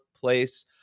place